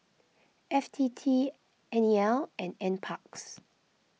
F T T N E L and N Parks